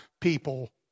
people